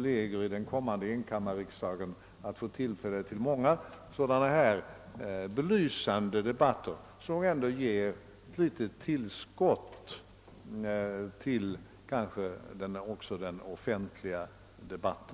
ledamöterna i enkammarriksdagen skall få möjlighet att föra många sådana här belysande debatter, som bl.a. ger ett litet tillskott till den offentliga debatten.